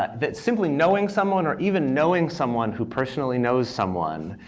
that that simply knowing someone, or even knowing someone who personally knows someone,